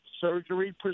surgery